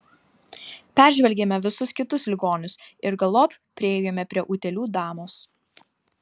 peržvelgėme visus kitus ligonius ir galop priėjome prie utėlių damos